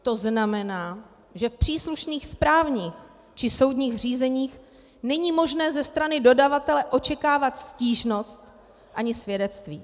To znamená, že v příslušných správních či soudních řízeních není možné ze strany dodavatele očekávat stížnost ani svědectví.